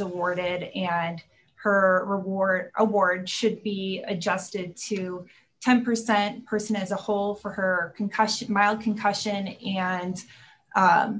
awarded and her war a war it should be adjusted to ten percent person as a whole for her concussion mild concussion and